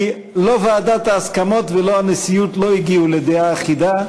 כי לא ועדת ההסכמות ולא הנשיאות הגיעו לדעה אחידה,